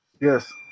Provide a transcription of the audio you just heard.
Yes